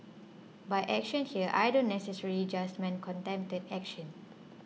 by action here I don't necessarily just mean contempt action